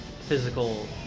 physical